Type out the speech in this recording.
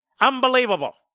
Unbelievable